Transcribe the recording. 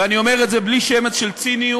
ואני אומר את זה בלי שמץ של ציניות: